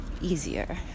easier